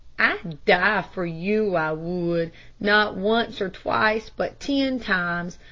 i'd die for you, i would not once, or twice, but ten times,